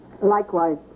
Likewise